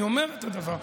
אני אומר את הדבר,